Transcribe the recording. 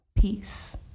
Peace